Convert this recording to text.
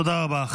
תודה רבה.